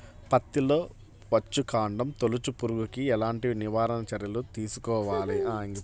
పత్తిలో వచ్చుకాండం తొలుచు పురుగుకి ఎలాంటి నివారణ చర్యలు తీసుకోవాలి?